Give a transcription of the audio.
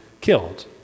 killed